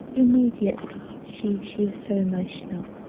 immediately, she she was so emotional.